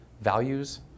values